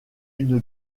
une